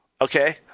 Okay